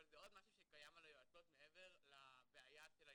אבל זה עוד משהו שקיים על היועצות מעבר לבעיה של ההתנהגות,